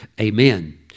Amen